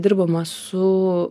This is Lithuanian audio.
dirbama su